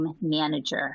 manager